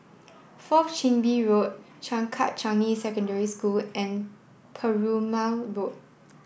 fourth Chin Bee Road Changkat Changi Secondary School and Perumal Road